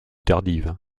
tardives